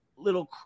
little